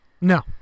No